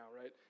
right